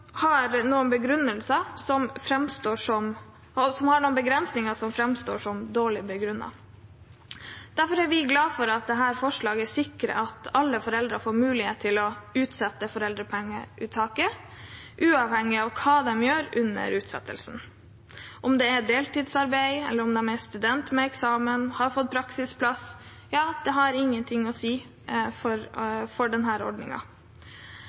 som dårlig begrunnet. Derfor er vi glad for at dette forslaget sikrer at alle foreldre får mulighet til å utsette foreldrepengeuttaket, uavhengig av hva de gjør under utsettelsen. Om det er deltidsarbeid, om de er studenter med eksamen, eller har fått praksisplass – ja, det har ingenting å si for